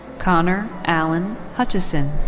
connor alan hutcheson.